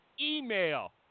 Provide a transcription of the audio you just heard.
email